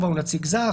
(4) הוא נציג זר,